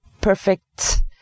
perfect